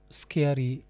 scary